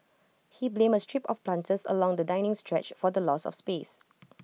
he blamed A strip of planters along the dining stretch for the loss of space